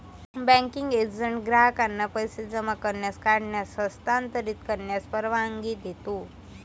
banking agent ग्राहकांना पैसे जमा करण्यास, काढण्यास, हस्तांतरित करण्यास परवानगी देतो